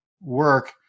work